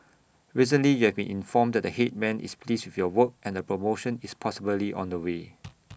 recently you have been informed that the Headman is pleased with your work and A promotion is possibly on the way